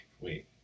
Wait